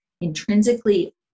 intrinsically